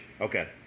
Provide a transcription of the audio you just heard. Okay